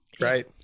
right